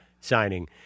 signing